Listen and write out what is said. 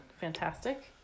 Fantastic